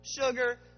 sugar